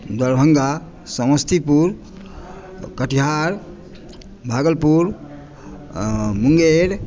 Darbhanga Samastipur Katihar Bhagalpur Munger